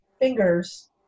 fingers